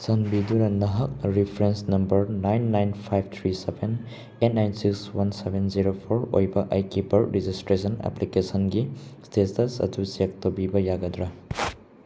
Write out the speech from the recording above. ꯆꯥꯟꯕꯤꯗꯨꯅ ꯅꯍꯥꯛꯅ reference number nine nine five three seven eight nine six one seven zero four ꯑꯣꯏꯕ ꯑꯩꯒꯤ birth registration ꯑꯦꯄ꯭ꯂꯤꯀꯦꯁꯟꯒꯤ status ꯑꯗꯨ ꯆꯦꯛ ꯇꯧꯕꯤꯕ ꯌꯥꯒꯗ꯭ꯔꯥ